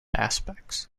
aspects